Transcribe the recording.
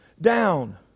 down